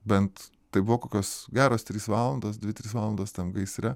bent tai buvo kokios geros trys valandos dvi trys valandos tam gaisre